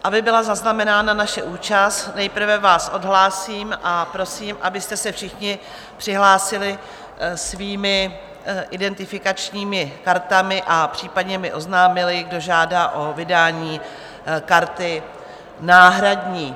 Aby byla zaznamenána naše účast, nejprve vás odhlásím a prosím, abyste se všichni přihlásili svými identifikačními kartami a případně mi oznámili, kdo žádá o vydání karty náhradní.